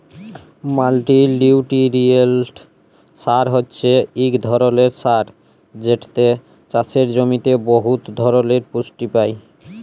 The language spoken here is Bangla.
মাল্টিলিউটিরিয়েল্ট সার হছে ইক ধরলের সার যেটতে চাষের জমিতে বহুত ধরলের পুষ্টি পায়